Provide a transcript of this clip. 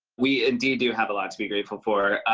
we indeed do have a lot to be grateful for.